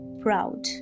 proud